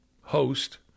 host